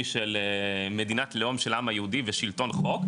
של מדינת לאום של העם היהודי ושלטון חוק,